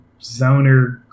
zoner